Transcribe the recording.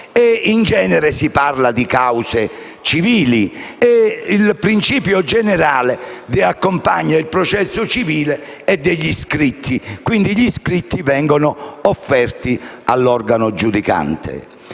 in genere si parla di cause civili, e il principio generale che accompagna il processo civile è quello degli scritti, che vengono offerti all'organo giudicante.